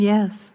Yes